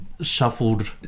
shuffled